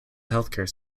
healthcare